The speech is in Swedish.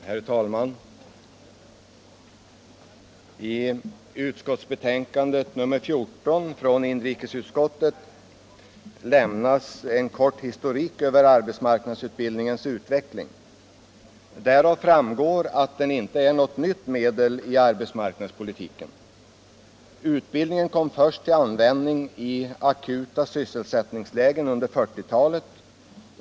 Herr talman! I betänkandet nr 14 från inrikesutskottet lämnas en kort historik över arbetsmarknadsutbildningens utveckling. Därav framgår att den inte är något nytt medel i arbetsmarknadspolitiken. Utbildning kom först till användning i akuta sysselsättningskriser under 1940-talet.